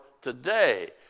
today